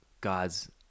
god's